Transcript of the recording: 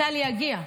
צה"ל יגיע.